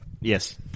Yes